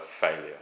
failure